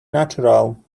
natural